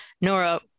Nora